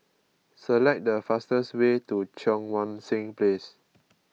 select the fastest way to Cheang Wan Seng Place